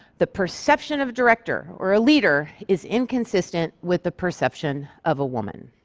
the perception of director or a leader is inconsistent with the perception of a woman.